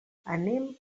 anem